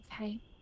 Okay